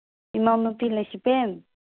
ꯏꯃꯧꯅꯨꯄꯤ ꯂꯩꯁꯤꯇꯦꯟ